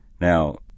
Now